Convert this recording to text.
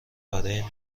برای